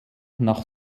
nach